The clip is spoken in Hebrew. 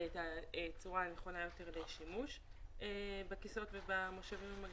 את הצורה הנכונה יותר לשימוש בכיסאות ובמושבים,